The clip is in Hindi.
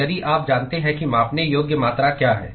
तो यदि आप जानते हैं कि मापने योग्य मात्रा क्या है